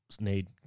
need